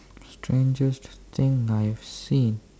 strangest thing I've seen